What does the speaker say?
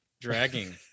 Dragging